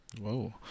Whoa